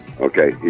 Okay